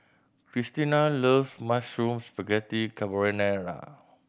Cristina loves Mushroom Spaghetti Carbonara